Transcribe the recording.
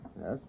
Yes